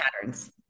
patterns